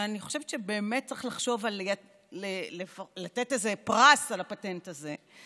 שאני חושבת שבאמת צריך לחשוב על לתת איזה פרס על הפטנט הזה,